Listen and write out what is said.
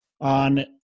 on